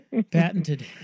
Patented